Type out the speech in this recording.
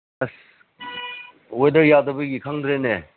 ꯑꯁ ꯋꯦꯗꯔ ꯌꯥꯗꯕꯒꯤ ꯈꯪꯗ꯭ꯔꯦꯅꯦ